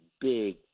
big